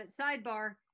Sidebar